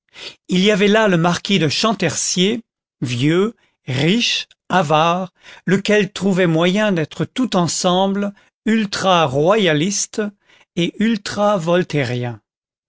il y avait là le marquis de champtercier vieux riche avare lequel trouvait moyen d'être tout ensemble ultra royaliste et